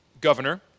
governor